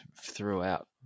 throughout